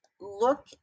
look